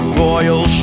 royal